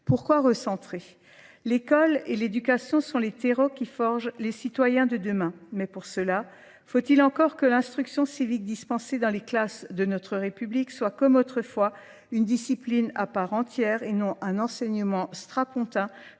Pourquoi recentrer ? L'école et l'éducation sont les terreaux qui forgent les citoyens de demain. Mais pour cela, faut-il encore que l'instruction civique dispensée dans les classes de notre République soit comme autrefois une discipline à part entière et non un enseignement strapontin,